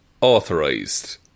authorised